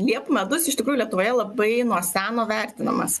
liepų medus iš tikrųjų lietuvoje labai nuo seno vertinamas